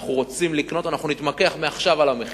אנחנו רוצים לקנות, אנחנו נתמקח מעכשיו על המחיר.